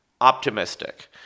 optimistic